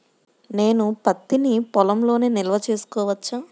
నేను పత్తి నీ పొలంలోనే నిల్వ చేసుకోవచ్చా?